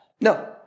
No